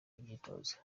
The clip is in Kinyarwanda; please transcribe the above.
imyitozo